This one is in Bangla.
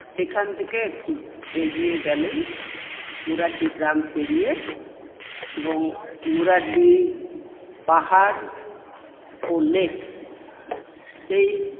সেখান থেকে একটু এগিয়ে গেলেই মুরাড্ডি গ্রাম পেরিয়ে এবং মুরাড্ডি পাহাড় ও লেক সেই